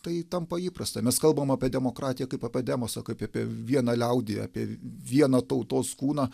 tai tampa įprasta mes kalbam apie demokratiją kaip apie demosą kaip apie vieną liaudį apie vieną tautos kūną